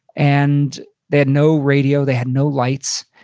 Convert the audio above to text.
and they had no radio. they had no lights.